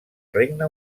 regne